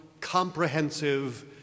comprehensive